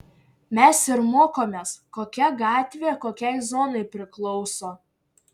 mes ir mokomės kokia gatvė kokiai zonai priklauso